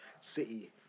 City